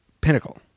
pinnacle